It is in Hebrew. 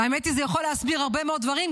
והאמת היא שזה יכול להסביר הרבה מאוד דברים,